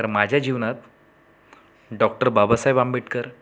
तर माझ्या जीवनात डॉक्टर बाबासाहेब आंबेडकर